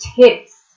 tips